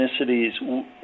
ethnicities